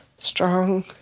strong